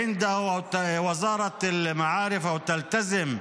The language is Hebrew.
דברים בשפה הערבית, להלן תרגומם: